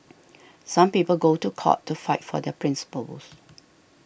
some people go to court to fight for their principles